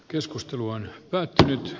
keskustelu on päättynyt